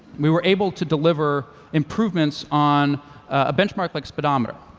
we were able to deliver improvements on a benchmark like speedometer.